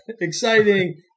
Exciting